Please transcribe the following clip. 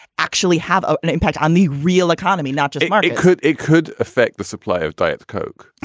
actually have an impact on the real economy, not just market could. it could affect the supply of diet coke.